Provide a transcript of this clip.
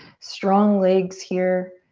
strong legs here.